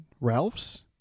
Ralph's